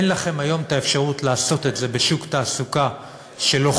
אין לכם היום אפשרות לעשות את זה בשוק תעסוקה שלוחץ